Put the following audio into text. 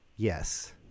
Yes